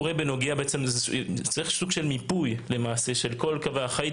למעשה צריך סוג של מיפוי של כל קווי החיץ